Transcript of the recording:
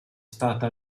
stata